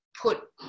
put